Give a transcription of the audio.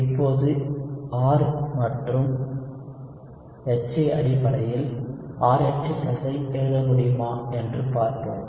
இப்போது R மற்றும் HA அடிப்படையில் RH ஐ எழுத முடியுமா என்று பார்ப்போம்